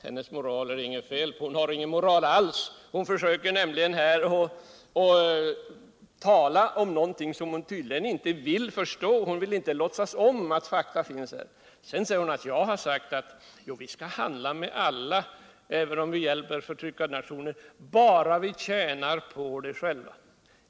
Hennes moral är det inget fel på — hon har ingen morai alls. Hon försöker nämligen här att tala om någonting som hon tydligen inte vill förstå, hon vill inte låtsas om att fakta föreligger. Sedan påstår fru Hambraeus att jag har sagt att vi skall handla med alla, även om vi hjälper förtryckarnationer, bara vi tjänar på det själva.